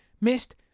missed